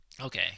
Okay